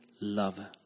lover